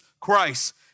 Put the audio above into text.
Christ